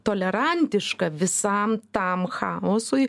tolerantiška visam tam chaosui